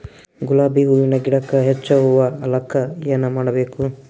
ಗುಲಾಬಿ ಹೂವಿನ ಗಿಡಕ್ಕ ಹೆಚ್ಚ ಹೂವಾ ಆಲಕ ಏನ ಮಾಡಬೇಕು?